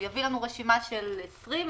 הוא יביא לנו רשימה של 20 אנשים,